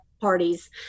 parties